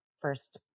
first